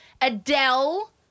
Adele